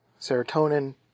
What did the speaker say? serotonin